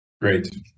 Great